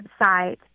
website